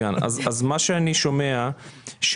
שאני שומע,